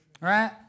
Right